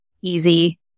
easy